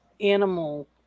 animal